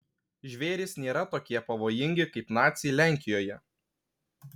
žvėrys nėra tokie pavojingi kaip naciai lenkijoje